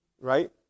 right